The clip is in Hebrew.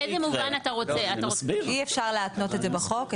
אי אפשר להתנות את זה בחוק.